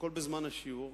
הכול בזמן השיעור,